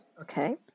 Okay